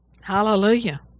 Hallelujah